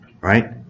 right